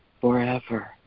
forever